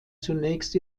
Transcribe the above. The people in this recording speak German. zunächst